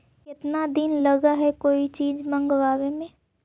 केतना दिन लगहइ कोई चीज मँगवावे में?